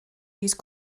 use